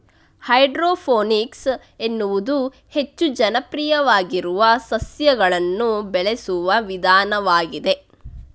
hydroponics ಎನ್ನುವುದು ಹೆಚ್ಚು ಜನಪ್ರಿಯವಾಗಿರುವ ಸಸ್ಯಗಳನ್ನು ಬೆಳೆಸುವ ವಿಧಾನವಾಗಿದೆ